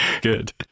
good